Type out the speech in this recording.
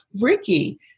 Ricky